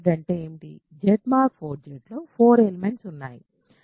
Z mod 4 Zలో 4 elements ఉన్నాయి 01 2 3